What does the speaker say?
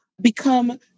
become